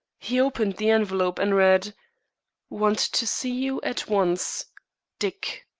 he opened the envelope and read want to see you at once dick.